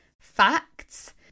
facts